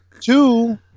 Two